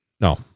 No